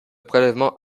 prélèvement